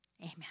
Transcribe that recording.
Amen